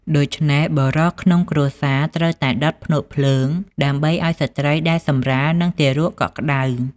ដូច្នេះ បុរសក្នុងគ្រួសារត្រូវតែដុតភ្នក់ភ្លើង ដើម្បីឱ្យស្ត្រីដែលសម្រាល និងទារកកក់ក្ដៅ។